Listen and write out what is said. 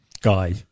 guy